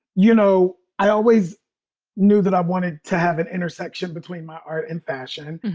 you know, i always knew that i wanted to have an intersection between my art and fashion.